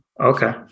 Okay